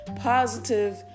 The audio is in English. positive